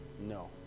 No